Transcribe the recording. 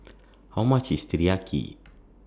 How much IS Teriyaki